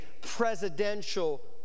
presidential